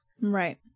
Right